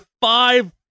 five